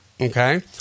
Okay